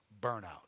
burnout